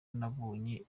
nabonye